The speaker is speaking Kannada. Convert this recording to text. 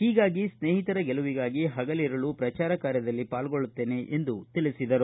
ಹೀಗಾಗಿ ಸ್ನೇಹಿತರ ಗೆಲುವಿಗಾಗಿ ಹಗಲಿರುಳು ಪ್ರಚಾರ ಕಾರ್ಯದಲ್ಲಿ ಪಾಲ್ಗೊಳ್ಳುತ್ತೇನೆ ಎಂದು ತಿಳಿಸಿದರು